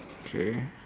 okay